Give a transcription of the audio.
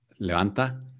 Levanta